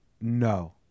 No